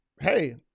hey